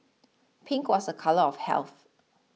pink was a colour of health